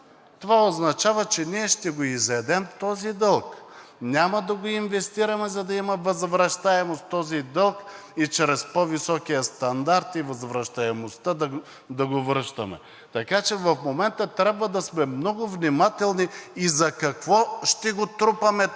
това означава, че ние ще го изядем този дълг, а няма да го инвестираме, за да има възвръщаемост този дълг – да го връщаме чрез по-високия стандарт и възвръщаемост. Така че в момента трябва да сме много внимателни и за какво ще го трупаме